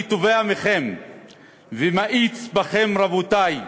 אני תובע מכם ומאיץ בכם, רבותי,